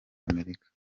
amerika